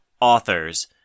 authors